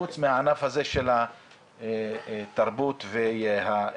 חוץ מהענף הזה של התרבות והתיאטרון.